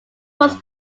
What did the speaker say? was